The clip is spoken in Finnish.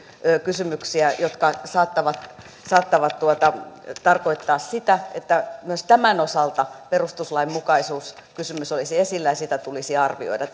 kysymyksiä jotka saattavat saattavat tarkoittaa sitä että myös tämän osalta perustuslainmukaisuuskysymys olisi esillä ja sitä tulisi arvioida